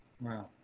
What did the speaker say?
Wow